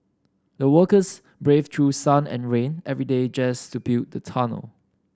the workers braved through sun and rain every day just to build the tunnel